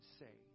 say